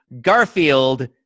garfield